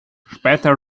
später